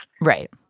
Right